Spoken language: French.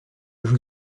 joue